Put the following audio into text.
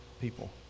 people